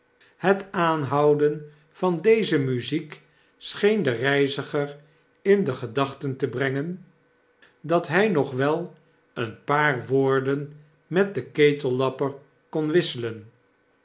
het aanhouden van deze muziek scheen den reiziger in de gedachten te brengen dat hfl nog wel een paar woorden met den ketellapper kon wisselen